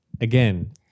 again